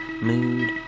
mood